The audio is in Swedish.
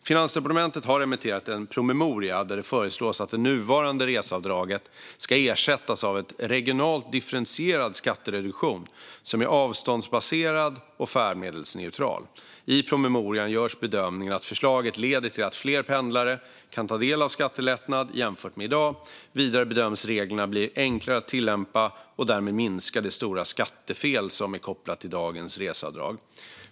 Finansdepartementet har remitterat en promemoria där det föreslås att det nuvarande reseavdraget ska ersättas av en regionalt differentierad skattereduktion som är avståndsbaserad och färdmedelsneutral. I promemorian görs bedömningen att förslaget leder till att fler pendlare kan ta del av en skattelättnad jämfört med i dag. Vidare bedöms reglerna bli enklare att tillämpa och därmed minska det stora skattefel som är kopplat till dagens reseavdrag.